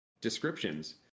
descriptions